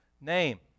name